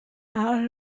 out